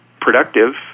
productive